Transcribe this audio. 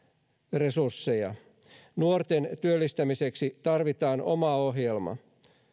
resursseja nuorten työllistämiseksi tarvitaan oma ohjelma